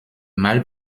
mâle